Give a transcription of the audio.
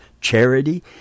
Charity